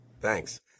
Thanks